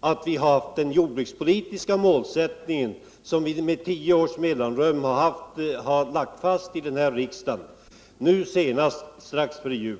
att vi hade samma jordbrukspolitiska målsättning nu som den vi med tio års mellanrum lagt fast i riksdagen, nu senast strax före jul.